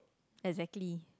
exactly